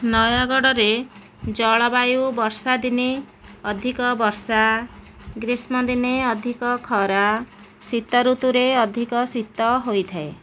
ନୟାଗଡ଼ରେ ଜଳବାୟୁ ବର୍ଷା ଦିନେ ଅଧିକ ବର୍ଷା ଗ୍ରୀଷ୍ମ ଦିନେ ଅଧିକ ଖରା ଶୀତ ଋତୁରେ ଅଧିକ ଶୀତ ହୋଇଥାଏ